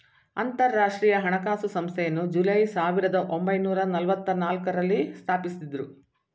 ಅಂತರಾಷ್ಟ್ರೀಯ ಹಣಕಾಸು ಸಂಸ್ಥೆಯನ್ನು ಜುಲೈ ಸಾವಿರದ ಒಂಬೈನೂರ ನಲ್ಲವತ್ತನಾಲ್ಕು ರಲ್ಲಿ ಸ್ಥಾಪಿಸಿದ್ದ್ರು